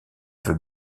veut